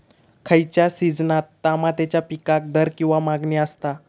खयच्या सिजनात तमात्याच्या पीकाक दर किंवा मागणी आसता?